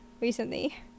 recently